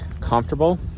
comfortable